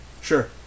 Sure